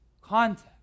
context